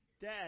Dad